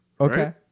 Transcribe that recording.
Okay